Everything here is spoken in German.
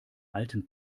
alten